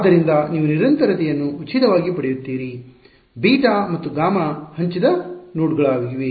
ಆದ್ದರಿಂದ ನೀವು ನಿರಂತರತೆಯನ್ನು ಉಚಿತವಾಗಿ ಪಡೆಯುತ್ತೀರಿ β ಮತ್ತು γ ಹಂಚಿದ ನೋಡ್ಗಳಾಗಿವೆ